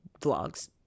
vlogs